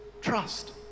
Trust